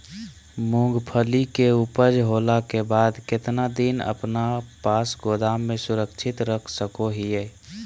मूंगफली के ऊपज होला के बाद कितना दिन अपना पास गोदाम में सुरक्षित रख सको हीयय?